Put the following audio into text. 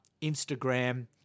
Instagram